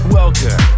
welcome